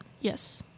Yes